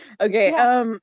Okay